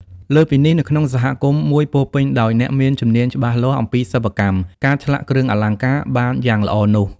លើសពីនេះនៅក្នុងសហគមន៍មួយពោរពេញដោយអ្នកមានជំនាញ់ច្បាស់លាស់អំពីសប្បិកម្មការឆ្លាក់គ្រឿងអលង្ការបានយ៉ាងល្អនោះ។